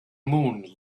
moon